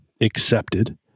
accepted